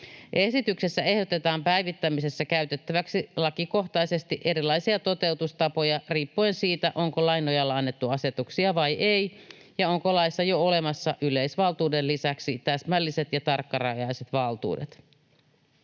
Esityksessä ehdotetaan päivittämisessä käytettäviksi lakikohtaisesti erilaisia toteutustapoja riippuen siitä, onko lain nojalla annettu asetuksia vai ei ja onko laissa jo olemassa yleisvaltuuden lisäksi täsmälliset ja tarkkarajaiset valtuudet.